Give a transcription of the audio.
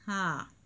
!huh!